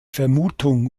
vermutung